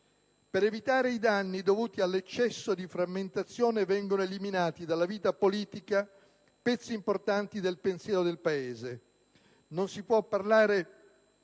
Per evitare i danni dovuti all'eccesso di frammentazione, vengono eliminati dalla vita politica pezzi importanti del pensiero del Paese. Non si può parlare